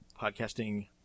podcasting